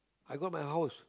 I got my house